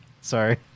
Sorry